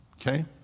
okay